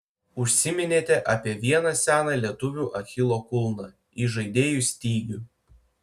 užsiminėte apie vieną seną lietuvių achilo kulną įžaidėjų stygių